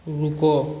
रुको